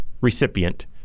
Recipient